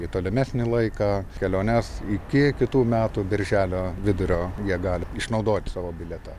į tolimesnį laiką kelionės iki kitų metų birželio vidurio jie gali išnaudoti savo bilietą